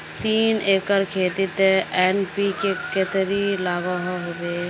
तीन एकर खेतोत एन.पी.के कतेरी लागोहो होबे?